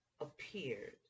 appeared